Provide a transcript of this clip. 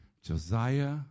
Josiah